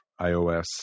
iOS